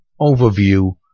overview